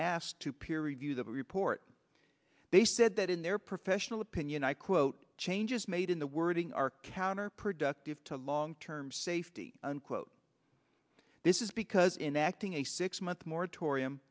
asked to peer review the report they said that in their professional opinion i quote changes made in the wording are counterproductive to long term safety unquote this is because in acting a six month moratori